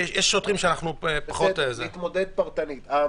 יש שוטרים שאנחנו פחות --- נתמודד פרטנית.